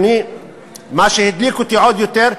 מה שהדליק אותי עוד יותר,